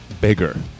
bigger